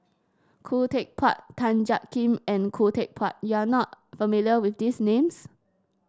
Khoo Teck Puat Tan Jiak Kim and Khoo Teck Puat you are not familiar with these names